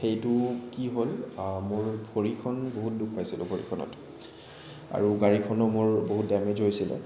সেইটো কি হ'ল মোৰ ভৰিখন বহুত দুখ পাইছিলোঁ ভৰিখনত আৰু গাড়ীখনো মোৰ বহুত ডেমেজ হৈছিল